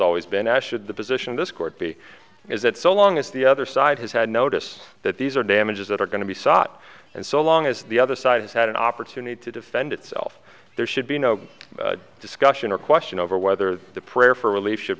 always been as should the position this court be is that so long as the other side has had notice that these are damages that are going to be sought and so long as the other side has had an opportunity to defend itself there should be no discussion or question over whether the prayer for relief sh